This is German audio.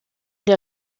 der